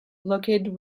located